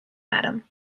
atom